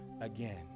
again